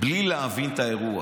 בלי להבין את האירוע.